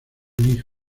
lee